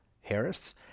Harris